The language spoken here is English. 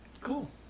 Cool